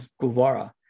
Guevara